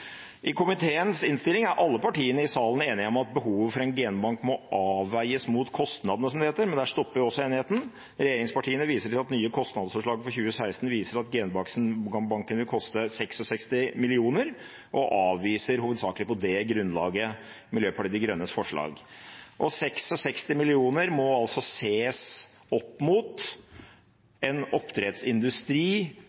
I komiteens innstilling er alle partiene i salen enige om at behovet for en genbank «må avveies mot kostnadene», som det heter, men der stopper også enigheten. Regjeringspartiene viser til at nye kostnadsoverslag i 2016 viser at genbanken vil koste 66 mill. kr, og avviser hovedsakelig på det grunnlaget Miljøpartiet De Grønnes forslag. 66 mill. kr må ses opp mot